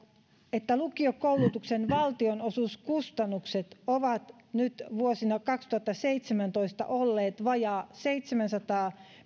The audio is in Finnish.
että lukiokoulutuksen valtionosuuskustannukset ovat nyt vuonna kaksituhattaseitsemäntoista olleet vajaat seitsemänsataa